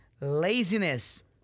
laziness